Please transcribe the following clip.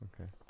Okay